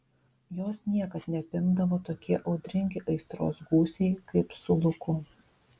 jos niekad neapimdavo tokie audringi aistros gūsiai kaip su luku